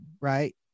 right